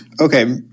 Okay